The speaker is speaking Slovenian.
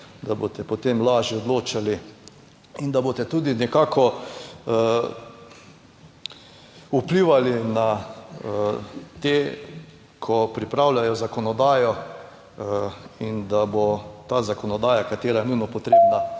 da boste potem lažje odločali in da boste tudi nekako vplivali na te, ki pripravljajo zakonodajo, in da bo ta zakonodaja, katera je nujno potrebna,